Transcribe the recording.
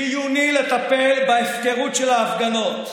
חיוני לטפל בהפקרות של ההפגנות.